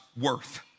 worth